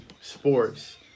sports